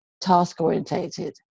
task-orientated